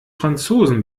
franzosen